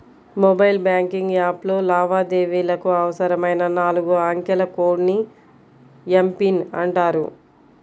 mobile banking యాప్లో లావాదేవీలకు అవసరమైన నాలుగు అంకెల కోడ్ ని ఎమ్.పిన్ అంటారు